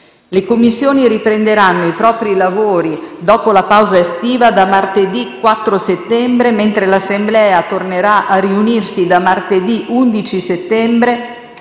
Le Commissioni riprenderanno i propri lavori, dopo la pausa estiva, da martedì 4 settembre, mentre l'Assemblea tornerà a riunirsi martedì 11 settembre,